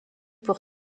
pour